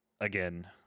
again